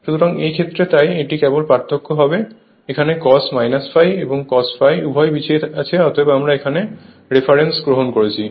সুতরাং এই ক্ষেত্রে তাই এটি কেবল পার্থক্য হবে এখানে cos 𝜃 এবং cos𝜃 উভয়ই পিছিয়ে আছে আমরা এখানে এই রেফারেন্স গ্রহণ করেছি